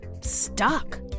stuck